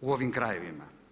u ovim krajevima.